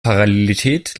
parallelität